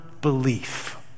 belief